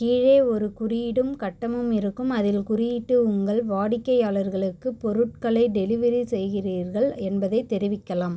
கீழே ஒரு குறியிடும் கட்டமும் இருக்கும் அதில் குறியிட்டு உங்கள் வாடிக்கையாளர்களுக்குப் பொருட்களை டெலிவரி செய்கிறீர்கள் என்பதைத் தெரிவிக்கலாம்